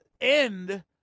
end